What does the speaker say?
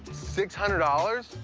six hundred dollars?